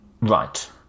Right